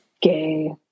gay